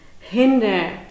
hinder